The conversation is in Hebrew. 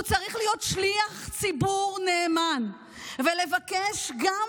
הוא צריך להיות שליח ציבור נאמן ולבקש גם